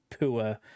poor